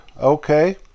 Okay